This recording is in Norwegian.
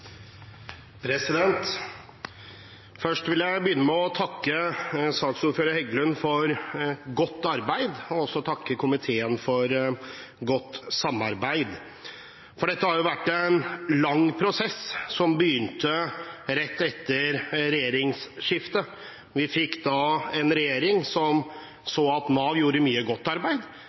komiteen for godt samarbeid. Dette har vært en lang prosess, som begynte rett etter regjeringsskiftet. Vi fikk da en regjering som så at Nav gjorde mye godt arbeid,